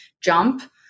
jump